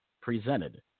presented